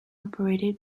operated